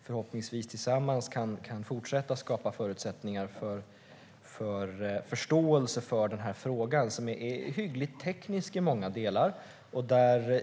Förhoppningsvis kan vi tillsammans fortsätta skapa förutsättningar för förståelse för den här frågan, som är hyggligt teknisk i många delar.